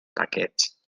paquets